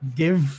give